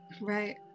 right